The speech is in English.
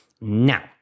now